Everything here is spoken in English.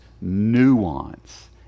nuance